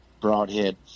Broadhead